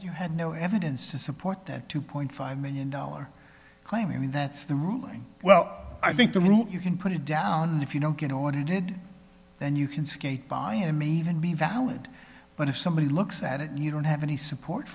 you had no evidence to support that two point five million dollars claim in that's the ruling well i think the route you can put it down if you don't get audited then you can skate by him even be valid but if somebody looks at it and you don't have any support